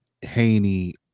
Haney